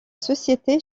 société